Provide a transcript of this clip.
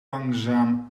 langzaam